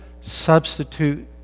substitute